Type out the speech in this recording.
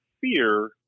fear